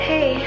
Hey